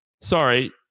sorry